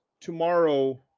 Tomorrow